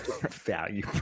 Value